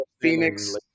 Phoenix